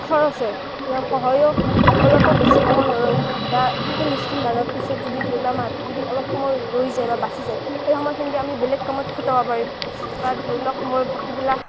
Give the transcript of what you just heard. খৰচ হয় তে কহয়ও অলপো বেছি সময় নৰয় বা সেনেকৈ লিষ্টখন বনোৱাৰ পিছত যদি ধৰি লওক মাহত যদি অলপ সময় ৰৈ যায় বা বাছি যায় সেই সময়খিনে দি আমি বেলেগ কামত খটাব পাৰিম বা ধৰি লওক মোৰ ভাটিবেলা